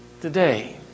today